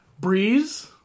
Breeze